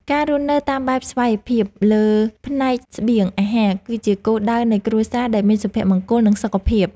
ការរស់នៅតាមបែបស្វ័យភាពលើផ្នែកស្បៀងអាហារគឺជាគោលដៅនៃគ្រួសារដែលមានសុភមង្គល និងសុខភាព។